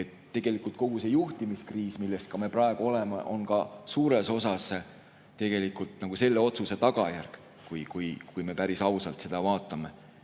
Tegelikult kogu see juhtimiskriis, milles me praegu oleme, on ka suures osas selle otsuse tagajärg, kui me päris ausalt vaatame.